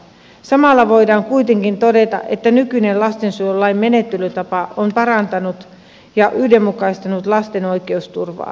samalla voidaan kuitenkin todeta että nykyinen lastensuojelulain menettelytapa on parantanut ja yhdenmukaistanut lasten oikeusturvaa